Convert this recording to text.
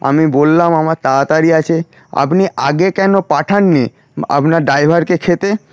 আমি বললাম আমার তাড়াতাড়ি আছে আপনি আগে কেনো পাঠাননি আপনার ড্রাইভারকে খেতে